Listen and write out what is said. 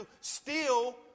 steal